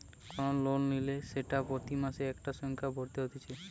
কোন লোন নিলে সেটা প্রতি মাসে একটা সংখ্যা ভরতে হতিছে